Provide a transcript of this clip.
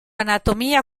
anatomía